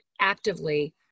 actively